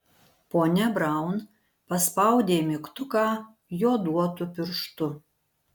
ponia braun paspaudė mygtuką joduotu pirštu